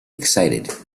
excited